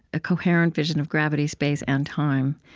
a coherent vision of gravity, space, and time.